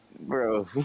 Bro